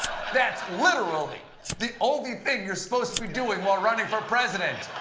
that's literally the only thing you're supposed to be doing while running for president.